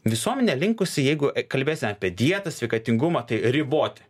visuomenė linkusi jeigu kalbėsim apie dietas sveikatingumą tai riboti